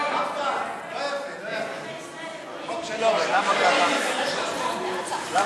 חוק הדגל, הסמל והמנון המדינה (תיקון מס'